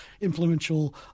influential